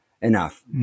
enough